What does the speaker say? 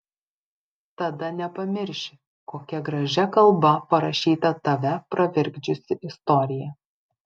tada nepamirši kokia gražia kalba parašyta tave pravirkdžiusi istorija